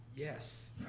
yes,